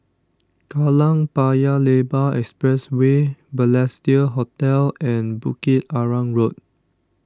Kallang Paya Lebar Expressway Balestier Hotel and Bukit Arang Road